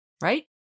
right